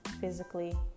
physically